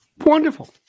Wonderful